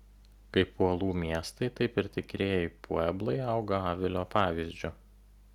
kaip uolų miestai taip ir tikrieji pueblai auga avilio pavyzdžiu